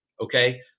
okay